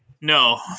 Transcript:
No